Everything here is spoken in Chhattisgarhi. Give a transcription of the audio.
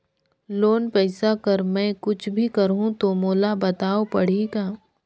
लोन पइसा कर मै कुछ भी करहु तो मोला बताव पड़ही का?